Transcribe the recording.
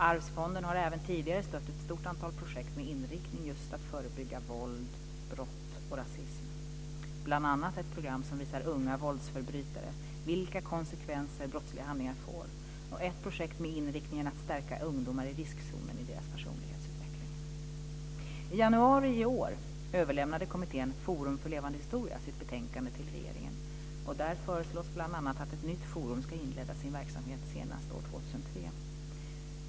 Arvsfonden har även tidigare stött ett stort antal projekt med inriktningen att just förebygga våld, brott och rasism, bl.a. ett program som visar unga våldsförbrytare och vilka konsekvenser brottsliga handlingar får och ett projekt med inriktningen att stärka ungdomar i riskzonen i deras personlighetsutveckling. I januari i år överlämnade kommittén Forum för levande historia sitt betänkande till regeringen, och där föreslås bl.a. att ett nytt forum ska inleda sin verksamhet senast år 2003.